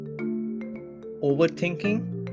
overthinking